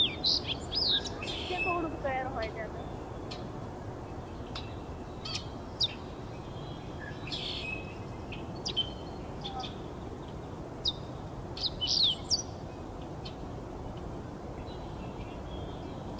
ᱦᱮᱸ ᱪᱮᱫ ᱠᱚ ᱦᱩᱲᱩ ᱠᱚᱯᱮ ᱨᱚᱦᱚᱭ ᱛᱮ ᱟᱫᱚ ᱚᱻ